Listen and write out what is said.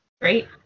Great